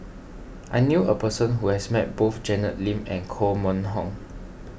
I knew a person who has met both Janet Lim and Koh Mun Hong